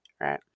right